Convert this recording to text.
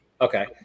Okay